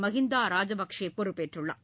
Mahinda Rajapaksa பொறுப்பேற்றுள்ளார்